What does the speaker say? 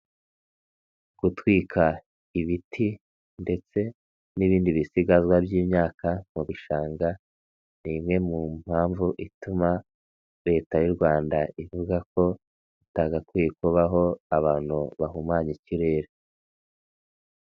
Gutwika ibiti ndetse n'ibindi bisigazwa by'imyaka mu bishanga, ni imwe mu mpamvu ituma leta y'u Rwanda ivuga ko itagakwiye kubaho abantu bahumanya ikirere.